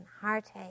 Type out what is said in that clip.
heartache